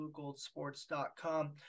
bluegoldsports.com